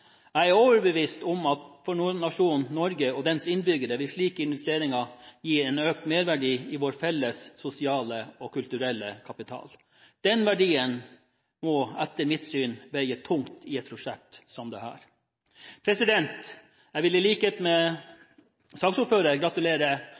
dens innbyggere vil slike investeringer gi en økt merverdi av vår felles sosiale og kulturelle kapital. Den verdien må, etter mitt syn, veie tungt i et prosjekt som dette. Jeg vil i likhet med